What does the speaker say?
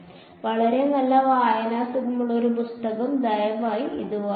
വളരെ നല്ല വായനാസുഖമുള്ള ഒരു പുസ്തകം ദയവായി ഇത് വായിക്കുക